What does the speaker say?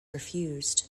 refused